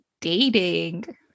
dating